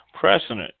precedent